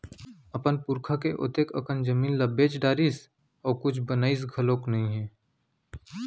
अपन पुरखा के ओतेक अकन जमीन ल बेच डारिस अउ कुछ बनइस घलोक नइ हे